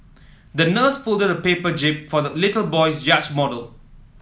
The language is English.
the nurse folded a paper jib for the little boy's yacht model